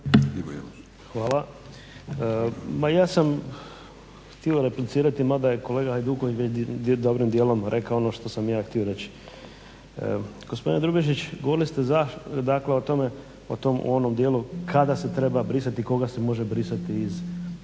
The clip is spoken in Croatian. Hvala. Ma ja sam htio replicirati mada je kolega Hajduković dobrim dijelom rekao ono što sam ja htio reći. Gospodine Grubišić govorili ste o tome u onom dijelu kada se treba brisati i koga se može brisati iz